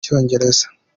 cyongereza